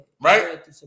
Right